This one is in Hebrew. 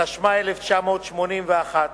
התשמ"א 1981,